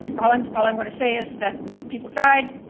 all i'm all i'm going to say is that people died,